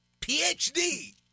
PhD